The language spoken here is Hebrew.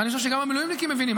אני חושב שגם המילואימניקים מבינים.